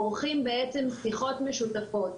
עורכים שיחות משותפות,